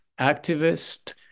activist